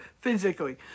physically